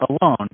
alone